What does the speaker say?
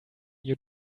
you